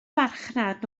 farchnad